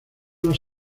los